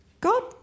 God